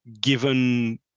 given